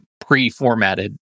pre-formatted